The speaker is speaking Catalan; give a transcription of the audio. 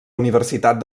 universitat